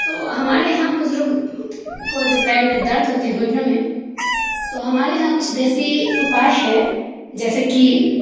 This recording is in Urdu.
تو ہمارے یہاں بزرگ کو پیر میں جو درد ہوتے ہیں گھٹنوں میں تو ہمارے یہاں کچھ دیشی اپائے ہے جیسے کہ